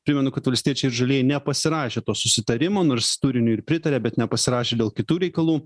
primenu kad valstiečiai ir žalieji nepasirašė to susitarimo nors turiniui ir pritarė bet nepasirašė dėl kitų reikalų